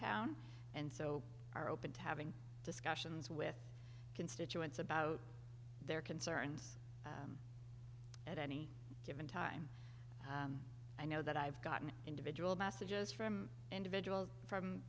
town and so are open to having discussions with constituents about their concerns at any given time i know that i've gotten individual macit just from individuals from